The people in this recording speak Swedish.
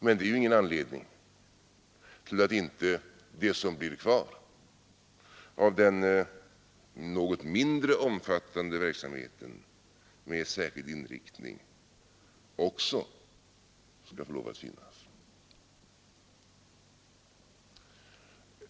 Men det är ingen anledning till att inte det som blir kvar av den något mindre omfattande verksamheten med särskild inriktning också skall få lov att finnas.